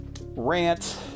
rant